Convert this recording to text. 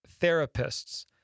therapists